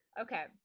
Okay